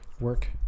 Work